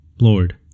Lord